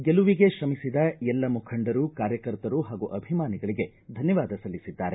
ಗೆಲುವಿಗೆ ಶ್ರಮಿಸಿದ ಎಲ್ಲ ಮುಖಂಡರು ಕಾರ್ಯಕರ್ತರು ಹಾಗೂ ಅಭಿಮಾನಿಗಳಿಗೆ ಧನ್ದವಾದ ಸಲ್ಲಿಸಿದ್ದಾರೆ